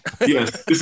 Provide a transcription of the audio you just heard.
Yes